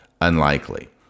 unlikely